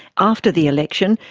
after the election,